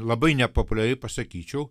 labai nepopuliariai pasakyčiau